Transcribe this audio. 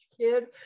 kid